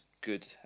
good